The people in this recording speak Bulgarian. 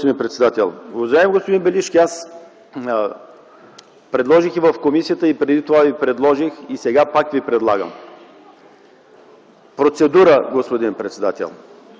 господин председател. Уважаеми господин Белишки, аз предложих и в комисията, преди това Ви предложих, сега пак Ви предлагам процедура, господин председател